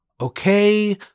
Okay